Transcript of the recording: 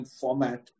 format